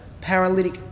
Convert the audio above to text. paralytic